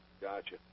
Gotcha